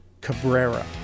Cabrera